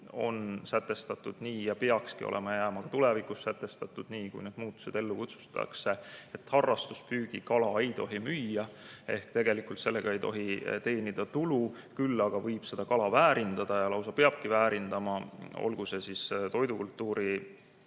on sätestatud nii ja peakski jääma ka tulevikus sätestatud nii, kui need muutused ellu kutsutakse, et harrastuspüügi kala ei tohi müüa ehk sellega ei tohi teenida tulu. Küll aga võib kala väärindada ja lausa peabki väärindama, olgu see siis toidukultuuri